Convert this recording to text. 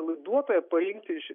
laiduotoją paimti iš